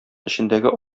эчендәге